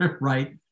right